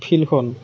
ফিল্ডখন